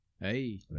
Hey